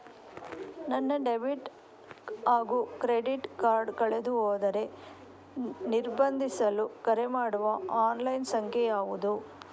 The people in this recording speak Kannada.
ನನ್ನ ಡೆಬಿಟ್ ಹಾಗೂ ಕ್ರೆಡಿಟ್ ಕಾರ್ಡ್ ಕಳೆದುಹೋದರೆ ನಿರ್ಬಂಧಿಸಲು ಕರೆಮಾಡುವ ಆನ್ಲೈನ್ ಸಂಖ್ಯೆಯಾವುದು?